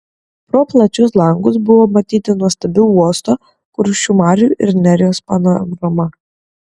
pro plačius langus buvo matyti nuostabi uosto kuršių marių ir nerijos panorama